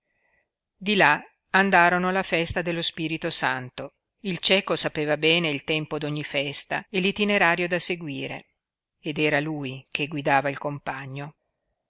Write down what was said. di là andarono alla festa dello spirito santo il cieco sapeva bene il tempo d'ogni festa e l'itinerario da seguire ed era lui che guidava il compagno